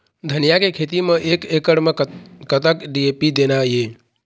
धनिया के खेती म एक एकड़ म कतक डी.ए.पी देना ये?